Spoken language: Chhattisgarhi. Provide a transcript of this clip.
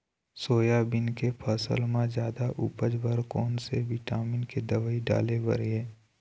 सोयाबीन के फसल म जादा उपज बर कोन से विटामिन के दवई डाले बर ये?